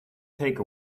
take